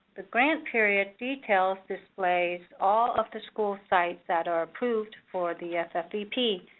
the grant period details displays all of the school sites that are approved for the ffvp,